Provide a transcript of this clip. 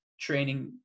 training